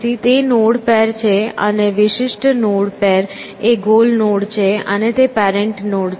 તેથી તે node pair છે અને વિશિષ્ટ નોડ પેર એ ગોલ નોડ છે અને તે પેરેંટ નોડ છે